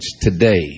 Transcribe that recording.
today